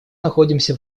находимся